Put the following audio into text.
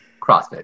crossfit